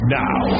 now